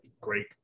Great